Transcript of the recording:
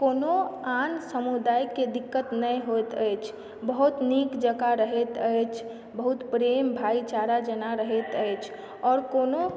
कोनो आन समुदायके दिक्कत नहि होइत अछि बहुत नीक जकाँ रहैत अछि बहुत प्रेम भाईचारा जेना रहैत अछि आओर कोनो